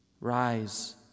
Rise